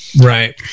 Right